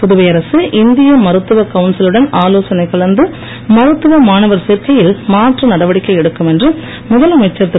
புதுவை அரசு இந்திய மருத்துவ கவுன்சிலுடன் ஆலோசனை கலந்து மருத்துவ மாணவர் சேர்க்கையில் மாற்று நடவடிக்கை எடுக்கும் என்று முதலமைச்சர் திரு